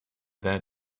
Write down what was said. that